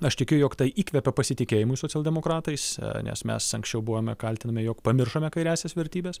aš tikiu jog tai įkvepia pasitikėjimui socialdemokratais nes mes anksčiau buvome kaltinami jog pamiršome kairiąsias vertybes